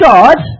God